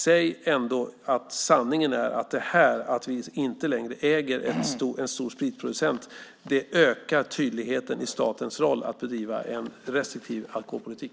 Säg ändå att sanningen är att det faktum att vi inte längre äger en stor spritproducent ökar tydligheten i statens roll att bedriva en restriktiv alkoholpolitik.